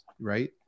Right